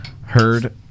heard